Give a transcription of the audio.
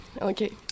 Okay